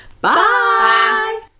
Bye